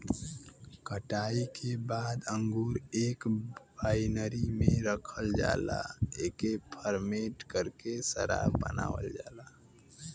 कटाई के बाद अंगूर एक बाइनरी में रखल जाला एके फरमेट करके शराब बनावल जाला